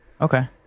Okay